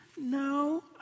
no